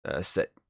set